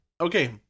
okay